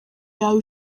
yawe